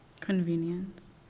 Convenience